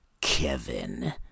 Kevin